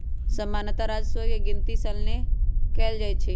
सामान्तः राजस्व के गिनति सलने कएल जाइ छइ